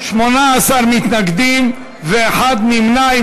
18 מתנגדים ואחד נמנע.